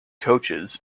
coaches